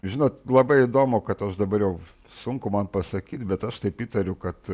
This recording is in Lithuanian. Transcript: žinot labai įdomu kad aš dabar jau sunku man pasakyti bet aš taip įtariu kad